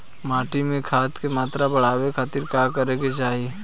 माटी में खाद क मात्रा बढ़ावे खातिर का करे के चाहीं?